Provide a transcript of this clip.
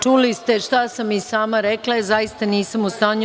Čuli ste šta sam i sama rekla i zaista nisam u stanju